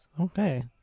Okay